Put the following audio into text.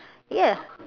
ya